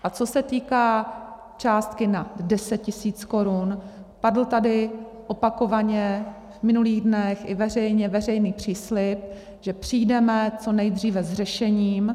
A co se týká částky nad 10 tisíc korun, padl tady opakovaně v minulých dnech i veřejně veřejný příslib, že přijdeme co nejdříve s řešením.